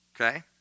Okay